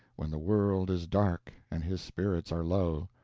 when the world is dark and his spirits are low,